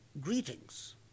greetings